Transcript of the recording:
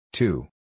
Two